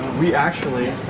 we actually